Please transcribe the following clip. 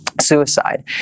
Suicide